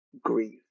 grief